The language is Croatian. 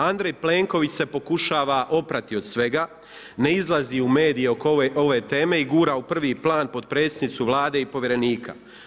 Andrej Plenković se pokušava oprati od svega, ne izlazi u medije oko ove teme i gura u prvi plan potpredsjednicu Vlade i povjerenika.